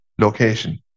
location